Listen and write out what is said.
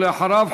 ואחריו,